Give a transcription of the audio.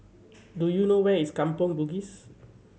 do you know where is Kampong Bugis